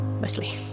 Mostly